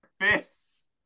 fists